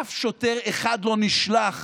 אף שוטר אחד לא נשלח